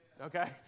okay